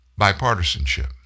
bipartisanship